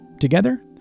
Together